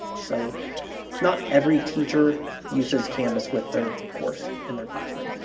so not every teacher uses canvas with their course in their classroom,